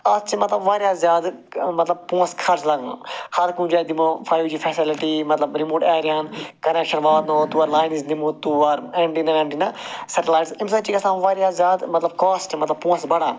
اَتھ چھِ مَطلَب واریاہ زیادٕ مطلب پۅنٛسہِ خرٕچ لگنَس ہر کُنہِ جایہِ دِمو فایِو جی فیسَلٹی مَطلَب رِموٹ ایریاہَن کَنیٚکشَن واتناوو تور لاینٕز یمو تور ایٚنٹِنا ویٚنٹِنا سیٚٹلایٹس اَمہِ سۭتۍ چھِ گَژھان واریاہ زیادٕ مَطلَب کاسٹ مَطلَب پۅنٛسہٕ بَڈان